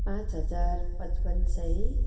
पाँच हजार पच्पन्न सय